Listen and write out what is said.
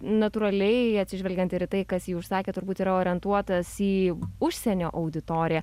natūraliai atsižvelgiant ir į tai kas jį užsakė turbūt yra orientuotas į užsienio auditoriją